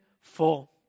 full